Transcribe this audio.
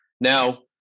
now